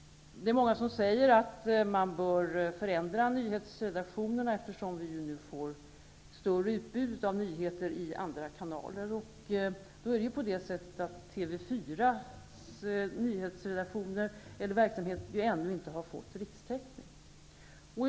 Det är många som säger att man bör förändra nyhetsredaktionerna, eftersom vi nu får ett större utbud av nyheter i andra kanaler. TV 4:s verksamhet har dock ännu inte fått rikstäckning.